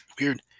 Weird